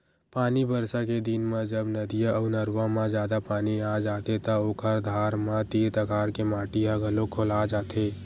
पानी बरसा के दिन म जब नदिया अउ नरूवा म जादा पानी आ जाथे त ओखर धार म तीर तखार के माटी ह घलोक खोला जाथे